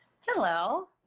Hello